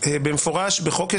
אחרי זה הפרקליטות,